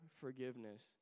forgiveness